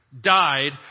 Died